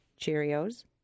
Cheerios